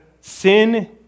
sin